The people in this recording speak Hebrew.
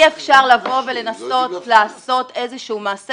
אני אענה לך,